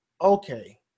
okay